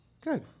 Good